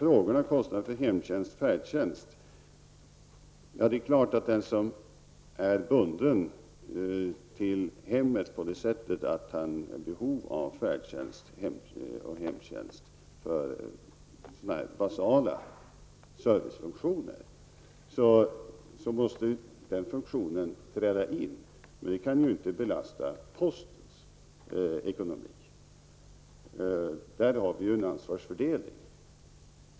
Beträffande kostnaderna för hemtjänst/färdtjänst är det klart att för den som är bunden till hemmet på det sättet att han eller hon är i behov av färdtjänst och hemtjänst för basala servicefunktioner måste den servicen träda in, men det kan ju inte belasta postens ekonomi. Därvidlag har vi ju en ansvarsfördelning.